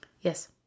Yes